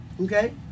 okay